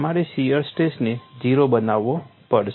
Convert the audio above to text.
તમારે શિયર સ્ટ્રેસને ઝીરો બનાવવો પડશે